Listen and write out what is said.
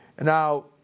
Now